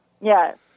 Yes